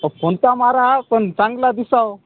कोणता मारा हा पण चांगला दिसावा